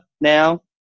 now